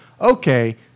Okay